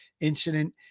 incident